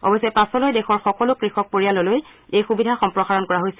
অৱশ্যে পাছলৈ দেশৰ সকলো কৃষক পৰিয়াললৈ এই সুবিধা সম্প্ৰসাৰণ কৰা হৈছিল